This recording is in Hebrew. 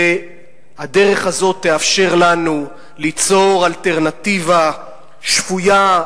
והדרך הזאת תאפשר לנו ליצור אלטרנטיבה שפויה,